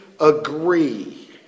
agree